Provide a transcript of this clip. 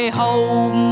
hold